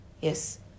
Yes